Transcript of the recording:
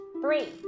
Three